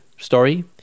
story